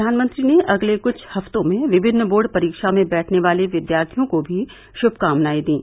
प्रधानमंत्री ने अगले कुछ हफ्तों में विभिन्न बोर्ड परीक्षा में बैठने वाले विद्यार्थियों को भी शुभ कामनायें दीं